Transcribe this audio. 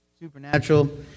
supernatural